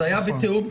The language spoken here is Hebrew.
זה היה בתיאום,